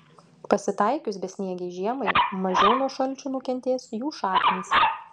pasitaikius besniegei žiemai mažiau nuo šalčių nukentės jų šaknys